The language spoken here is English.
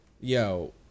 yo